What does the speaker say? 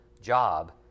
job